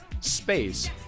space